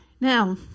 Now